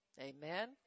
Amen